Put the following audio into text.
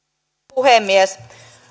puhemies